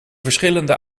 verschillende